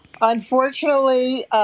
Unfortunately